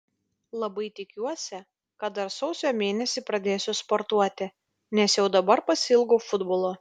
labai tikiuosi kad dar sausio mėnesį pradėsiu sportuoti nes jau dabar pasiilgau futbolo